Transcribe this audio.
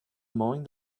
mowing